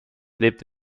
lebt